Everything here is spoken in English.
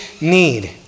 need